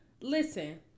Listen